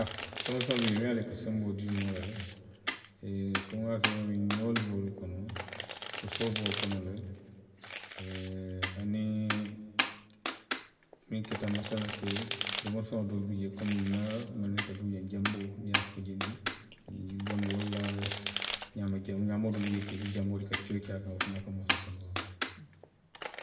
A, domofeŋolu bi jee le minnu ye a loŋ ko i ka senboo dii moo la le; ko nwa fo i ye ňaamiŋ ňoo be wolu le kono. sosdoo be wo kono, aniŋ miŋ keta masalaŋ ee domofeŋo doolu bi jee komiŋ nna mandinka duu jaŋ, janboo. niŋ i ye a fajindi, yiri janboo, walla ňaama keŋ, ňaamoo doo bi jee i ka i ke janboo ti, i ka tiyoo ke i kaŋ, wo fanaŋ ka moo so senboo la le